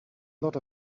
lot